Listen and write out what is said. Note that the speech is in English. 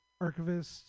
Archivist